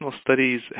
studies